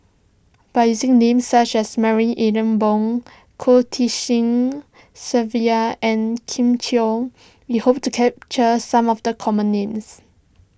by using names such as Marie Ethel Bong Goh Tshin Sylvia and Kin Chui we hope to capture some of the common names